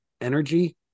energy